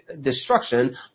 destruction